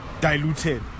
diluted